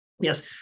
Yes